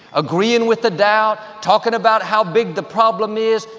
agreeing with the doubt, talking about how big the problem is,